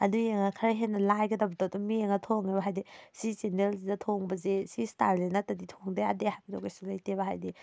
ꯑꯗꯨ ꯌꯦꯡꯉ ꯈꯔ ꯍꯦꯟꯅ ꯂꯥꯏꯒꯗꯕꯗꯣ ꯑꯗꯨꯝ ꯌꯦꯡꯉ ꯊꯣꯡꯉꯦꯕ ꯍꯥꯏꯗꯤ ꯁꯤ ꯆꯦꯅꯦꯜꯁꯤꯗ ꯊꯣꯡꯕꯁꯤ ꯁꯤ ꯏꯁꯇꯥꯏꯜꯁꯤ ꯅꯠꯇꯗꯤ ꯊꯣꯡꯗ ꯌꯥꯗꯦ ꯍꯥꯏꯕꯗꯨ ꯀꯩꯁꯨ ꯂꯩꯇꯦꯕ ꯍꯥꯏꯕꯗꯤ